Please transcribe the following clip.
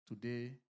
today